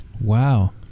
Wow